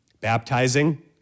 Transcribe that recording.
Baptizing